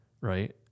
right